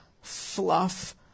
fluff